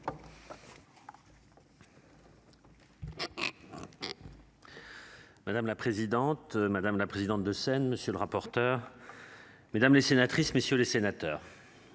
Madame la présidente, madame la présidente de scène. Monsieur le rapporteur. Mesdames les sénatrices messieurs les sénateurs.